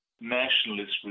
nationalist